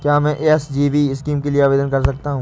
क्या मैं SGB scheme के लिए आवेदन कर सकता हूँ?